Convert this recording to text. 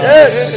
Yes